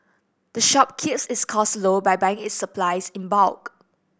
the shop keeps its costs low by buying its supplies in bulk